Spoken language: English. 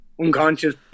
unconscious